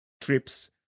trips